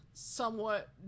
somewhat